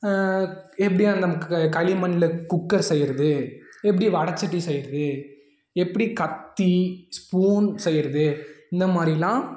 எப்படி அந்த களிமண்ணில் குக்கர் செய்கிறது எப்படி வடை சட்டி செய்கிறது எப்படி கத்தி ஸ்பூன் செய்கிறது இந்த மாதிரிலாம்